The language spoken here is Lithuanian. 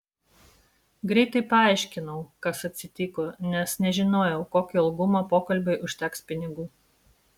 greitai paaiškinau kas atsitiko nes nežinojau kokio ilgumo pokalbiui užteks pinigų